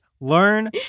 learn